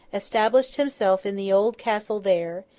established himself in the old castle there,